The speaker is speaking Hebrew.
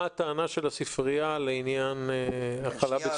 הטענה של הספרייה לעניין --- שנייה,